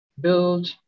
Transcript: Build